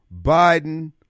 Biden